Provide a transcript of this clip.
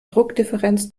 druckdifferenz